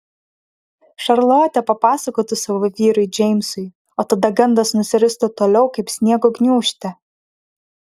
šarlotė papasakotų savo vyrui džeimsui o tada gandas nusiristų toliau kaip sniego gniūžtė